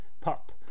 pup